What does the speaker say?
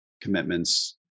commitments